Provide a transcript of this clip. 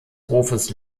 hofes